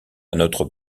notre